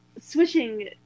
switching